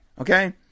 okay